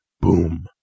Boom